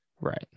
Right